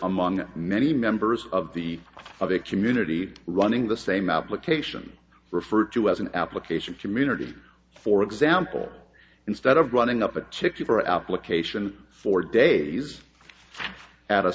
among many members of the of a community running the same application refer to as an application community for example instead of running up a chick super application for days at a